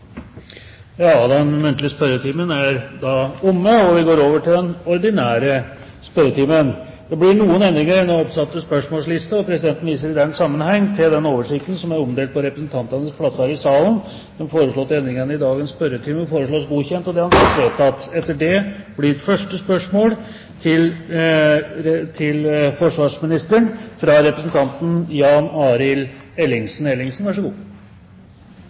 den muntlige spørretimen er omme, og vi går over til den ordinære spørretimen. Det blir en del endringer i den oppsatte spørsmålslisten, og presidenten viser i den sammenheng til den oversikt som er omdelt på representantenes plasser i salen. Endringene var som følger: Spørsmål 2, fra representanten Bjørn Lødemel til nærings- og handelsministeren, er overført til samferdselsministeren som rette vedkommende. Spørsmålet er imidlertid trukket tilbake. Spørsmål 3, fra representanten